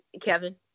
Kevin